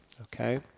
Okay